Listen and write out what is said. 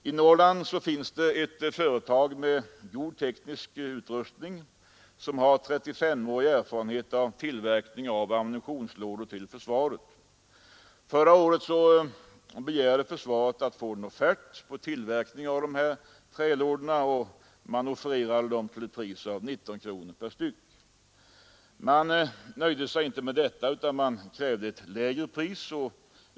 I Norrland finns ett företag med god teknisk utrustning som har 3S-årig erfarenhet av tillverkning av ammunitionslådor till försvaret. Förra året begärde försvaret att få en offert på tillverkning av dessa trälådor, och de offererades till ett pris av 19 kronor per styck. Man nöjde sig inte med detta utan krävde ett lägre pris.